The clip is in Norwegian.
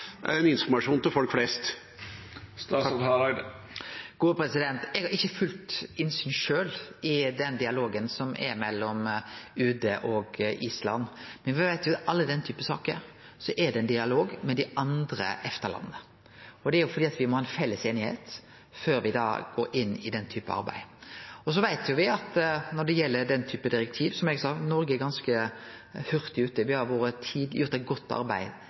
informasjon til folk flest? Eg har sjølv ikkje fullt innsyn i den dialogen som er mellom UD og Island. Men me veit jo alle at i slike saker er det ein dialog med dei andre EFTA-landa. Det er fordi me må ha ei felles einigheit før me går inn i slikt arbeid. Så veit me at når det gjeld slike direktiv, er, som eg sa, Noreg ganske hurtig ute. Me har her vore tidleg ute og gjort godt arbeid